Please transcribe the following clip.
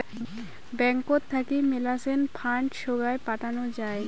ব্যাঙ্কত থাকি মেলাছেন ফান্ড সোগায় পাঠানো যাই